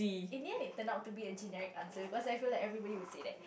in the end it turned out to be a generic answer because I feel that everybody will say that